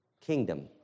kingdom